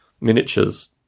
miniatures